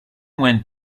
went